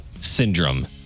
syndrome